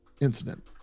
incident